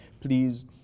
please